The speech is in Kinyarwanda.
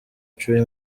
trey